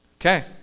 Okay